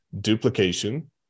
duplication